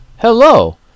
Hello